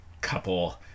couple